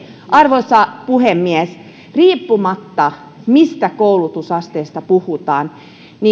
arvoisa puhemies riippumatta siitä mistä koulutusasteesta puhutaan